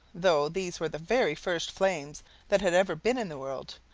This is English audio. though these were the very first flames that had ever been in the world.